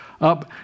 up